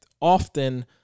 often